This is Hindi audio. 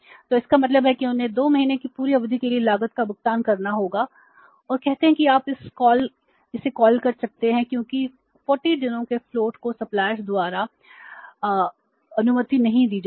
तो इसका मतलब है कि उन्हें 2 महीने की पूरी अवधि के लिए लागत का भुगतान करना होगा और कहते हैं कि आप इसे कॉल द्वारा को अनुमति नहीं दी जाएगी